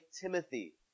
Timothy